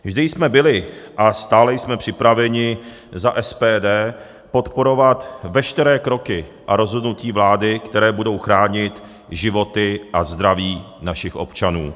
Vždy jsme byli a stále jsme připraveni za SPD podporovat veškeré kroky a rozhodnutí vlády, které budou chránit životy a zdraví našich občanů.